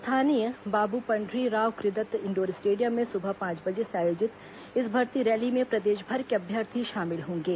स्थानीय बाबू पंढरीराव कृदत्त indoor stadium में सुबह पांच बजे से आयोजित इस भर्ती रैली में प्रदेशभर के अभ्यर्थी शामिल होंगे